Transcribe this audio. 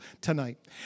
tonight